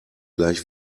gleich